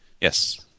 Yes